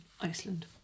Iceland